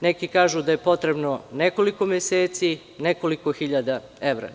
Neki kažu da je potrebno nekoliko meseci i nekoliko hiljada evra.